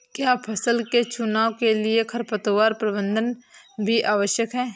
क्या फसल के चुनाव के लिए खरपतवार प्रबंधन भी आवश्यक है?